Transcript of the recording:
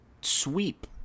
sweep